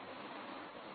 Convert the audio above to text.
மாணவர் மாணவர்பரவாயில்லை